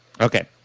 Okay